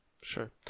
Sure